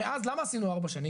הרי אז למה עשינו ארבע שנים?